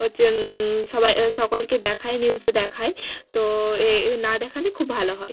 হচ্ছে সবাই সকলকে দেখায় নিউসে দেখায় তো এ না দেখালে খুব ভালো হয়